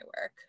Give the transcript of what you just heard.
work